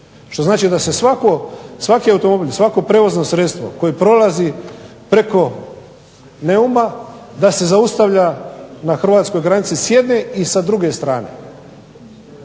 što znači da se svaki automobil, svako prijevozno sredstvo koje prolazi preko Neuma da se zaustavlja na hrvatskoj granici s jedne i sa druge strane.